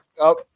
up